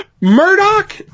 Murdoch